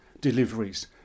deliveries